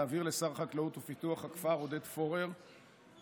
להעביר לשר החקלאות ופיתוח הכפר עודד פורר את